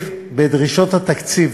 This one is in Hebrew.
התקציב